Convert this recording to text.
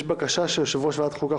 יש בקשה של יושב-ראש ועדת החוקה,